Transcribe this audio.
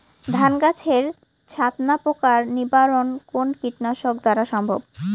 ধান গাছের ছাতনা পোকার নিবারণ কোন কীটনাশক দ্বারা সম্ভব?